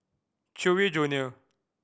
Chewy Junior